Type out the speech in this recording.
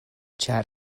ĉar